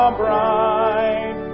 bright